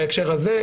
בהקשר הזה,